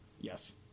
yes